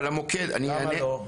למה לא?